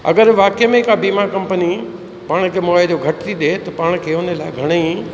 अगरि वाकई में का बीमा कंपनी पाण खे मुआयजो घट ती ॾिए त पाण खे उन लाइ घणईं